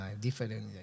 different